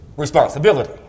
responsibility